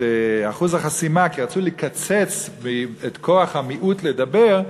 אחוז החסימה כי רצו לקצץ את כוח המיעוט לדבר,